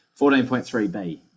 14.3b